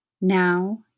Now